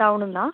ടൗണിന്നാ